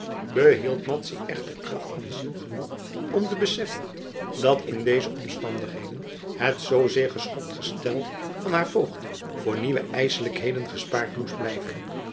behield madzy echter kracht van ziel genoeg om te beseffen dat in deze omstandigheden het reeds zoozeer geschokt gestel van haar voogd voor nieuwe ijselijkheden gespaard moest blijven